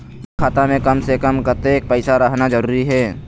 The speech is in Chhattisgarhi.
मोर खाता मे कम से से कम कतेक पैसा रहना जरूरी हे?